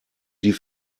die